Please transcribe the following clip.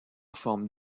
forme